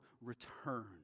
return